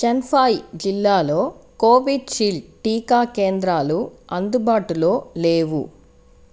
చంఫాయి జిల్లాలో కోవిషీల్డ్ టీకా కేంద్రాలు అందుబాటులో లేవు